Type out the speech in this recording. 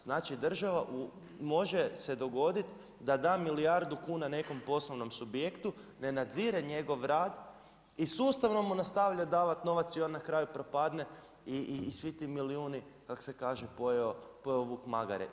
Znači država može se dogoditi da milijardu kuna nekom poslovnom subjektu, ne nadzire njegov rad i sustavno mu nastavi davati novac i on na kraju propadne i svi ti milijuni kak se kaže pojeo vuk magare.